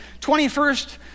21st